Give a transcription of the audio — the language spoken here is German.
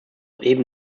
eben